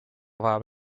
vajab